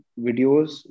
videos